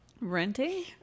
Renting